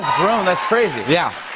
grown, that's crazy. yeah.